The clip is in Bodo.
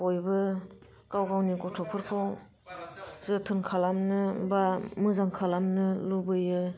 बयबो गाव गावनि गथ'फोरखौ जोथोन खालामनो बा मोजां खालामनो लुबैयो